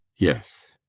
yes.